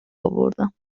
اوردم